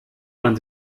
man